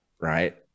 Right